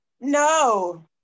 No